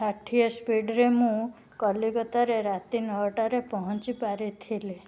ଷାଠିଏ ସ୍ପୀଡ଼୍ରେ ମୁଁ କଲିକତାରେ ରାତି ନଅଟାରେ ପହଞ୍ଚି ପାରିଥିଲି